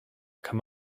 come